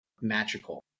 magical